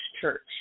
church